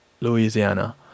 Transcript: Louisiana